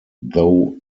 though